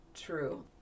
true